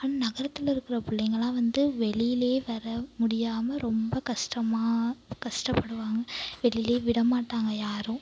ஆனால் நகரத்தில் இருக்கிற பிள்ளைங்கள்லாம் வந்து வெளியிலேயே வர முடியாமல் ரொம்ப கஷ்டமாக கஷ்டப்படுவாங்க வெளிலேயே விடமாட்டாங்க யாரும்